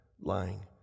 lying